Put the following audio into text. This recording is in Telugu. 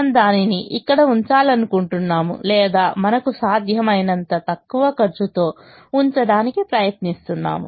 మనము దానిని ఇక్కడ ఉంచాలనుకుంటున్నాము లేదా మనకు సాధ్యమైనంత తక్కువ ఖర్చుతో ఉంచడానికి ప్రయత్నిస్తున్నాము